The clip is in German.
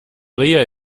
rehe